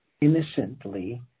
innocently